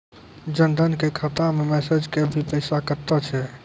जन धन के खाता मैं मैसेज के भी पैसा कतो छ?